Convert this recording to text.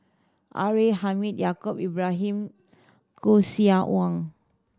R A Hamid Yaacob Ibrahim Koeh Sia Wong